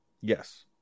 Yes